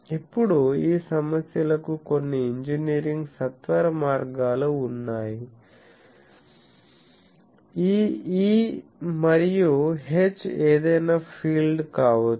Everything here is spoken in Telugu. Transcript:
ఇప్పుడు ఈ సమస్యలకు కొన్ని ఇంజనీరింగ్ సత్వరమార్గాలు ఉన్నాయి ఈ E మరియు H ఏదైనా ఫీల్డ్ కావచ్చు